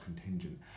contingent